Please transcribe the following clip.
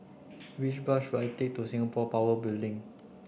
which bus should I take to Singapore Power Building